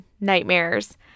nightmares